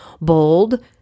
bold